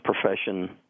profession